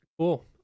cool